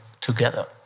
together